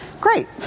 Great